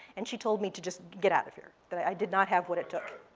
and she told me to just get out of here, that i did not have what it took.